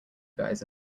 guys